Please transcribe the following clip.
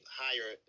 higher